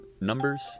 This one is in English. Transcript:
numbers